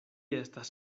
estas